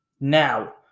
Now